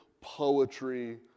poetry